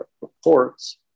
reports